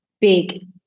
big